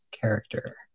character